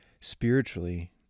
spiritually